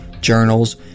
journals